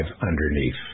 underneath